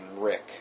Rick